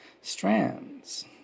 strands